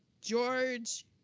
George